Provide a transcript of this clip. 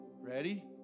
Ready